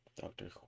Doctor